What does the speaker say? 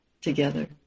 together